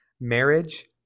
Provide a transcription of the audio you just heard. marriage